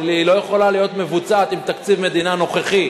אבל היא לא יכולה להיות מבוצעת עם תקציב המדינה הנוכחי,